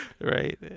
Right